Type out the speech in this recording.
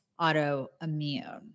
autoimmune